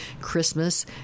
Christmas